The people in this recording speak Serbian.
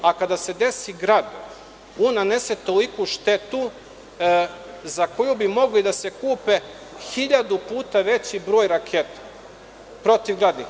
A kada se desi grad on nanese toliku štetu za koju bi moglo da se kupi hiljadu puta veći broj protivgradnih raketa.